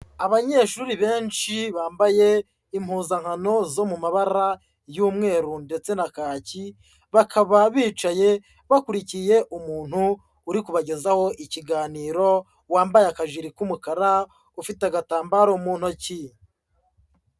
Abanyeshuri benshi bambaye impuzankano zo mu mabara y'umweru ndetse na kaki, bakaba bicaye bakurikiye umuntu uri kubagezaho ikiganiro, wambaye akajiri k'umukara ufite agatambaro mu ntoki.